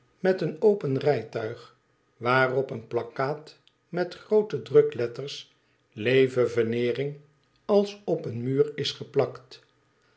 met een open rijtuig waarop een plakkaat met groote dnikletters leve veneering als op een muur is geplakt